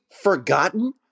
forgotten